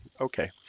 Okay